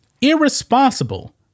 Irresponsible